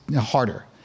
harder